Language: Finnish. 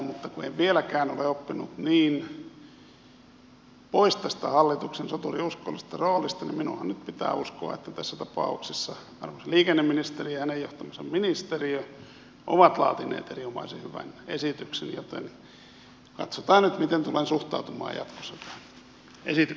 mutta kun en vieläkään ole oppinut niin pois tästä hallituksen soturin uskollisesta roolista niin minunhan nyt pitää uskoa että tässä tapauksessa arvoisa liikenneministeri ja hänen johtamansa ministeriö ovat laatineet erinomaisen hyvän esityksen joten katsotaan nyt miten tulen suhtautumaan jatkossa tähän esitykseen